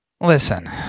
listen